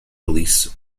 release